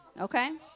Okay